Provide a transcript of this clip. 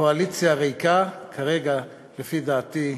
וקואליציה ריקה כרגע, לפי דעתי,